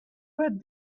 but